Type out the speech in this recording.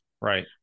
right